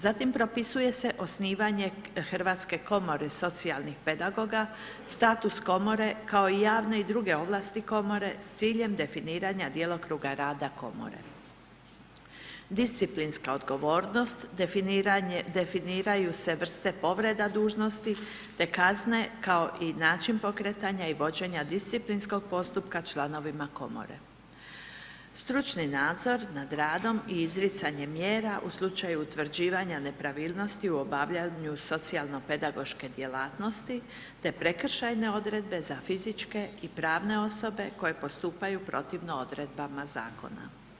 Zatim propisuje se osnivanje Hrvatske komore socijalnih pedagoga, status komore kao i javne i druge ovlasti komore s ciljem definiranja djelokruga rada komore, disciplinska odgovornost, definiranje, definiraju se vrste povreda dužnosti te kazne kao i način pokretanja i vođenja disciplinskog postupka članovima komore, stručni nadzor nad radom i izricanjem mjera u slučaju utvrđivanja nepravilnosti u obavljanju socijalno pedagoške djelatnosti te prekršajne odredbe za fizičke i pravne osobe koje postupaju protivno odredbama zakona.